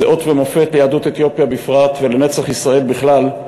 זה אות ומופת ליהדות אתיופיה בפרט ולנצח ישראל בכלל,